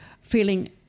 Feeling